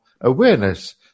awareness